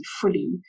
fully